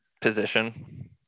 position